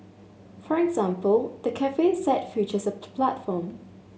for example the cafe set features a platform